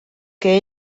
que